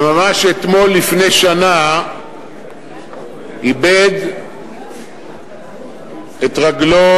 שממש אתמול לפני שנה איבד את רגלו,